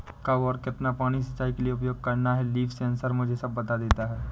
कब और कितना पानी सिंचाई के लिए उपयोग करना है लीफ सेंसर मुझे सब बता देता है